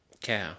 Cow